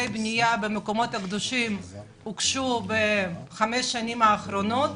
בנייה במקומות הקדושים הוגשו בחמש השנים האחרונות